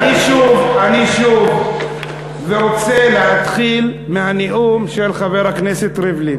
אני שוב רוצה להתחיל מהנאום של חבר הכנסת ריבלין.